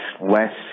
West